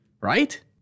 right